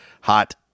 hot